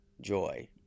Joy